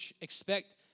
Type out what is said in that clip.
expect